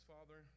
Father